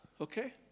okay